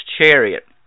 chariot